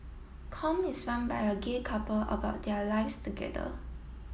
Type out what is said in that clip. com is run by a gay couple about their lives together